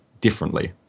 differently